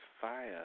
Fire